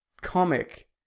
comic